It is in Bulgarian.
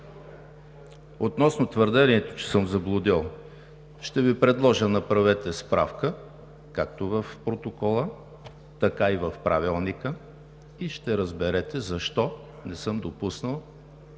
Относно твърдението, че съм заблудил. Ще Ви предложа – направете справка – както в протокола, така и в Правилника, и ще разберете защо не съм допуснал